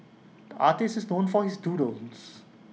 artist is known for his doodles